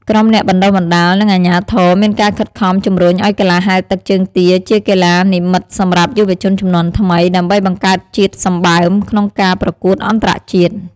ក្រុមអ្នកបណ្តុះបណ្តាល និងអាជ្ញាធរមានការខិតខំជំរុញឱ្យកីឡាហែលទឹកជើងទាជាកីឡានិម្មិតសម្រាប់យុវជនជំនាន់ថ្មី ដើម្បីបង្កើតជាតិសម្បើមក្នុងការប្រកួតអន្តរជាតិ។